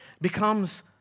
Becomes